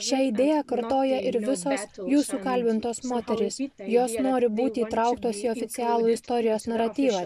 šią idėją kartoja ir visos jūsų kalbintos moterys jos nori būti įtrauktos į oficialų istorijos naratyvą